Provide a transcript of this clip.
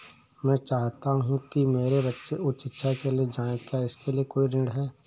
मैं चाहता हूँ कि मेरे बच्चे उच्च शिक्षा के लिए जाएं क्या इसके लिए कोई ऋण है?